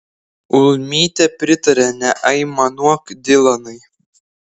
ulmytė pritarė neaimanuok dylanai